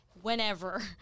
whenever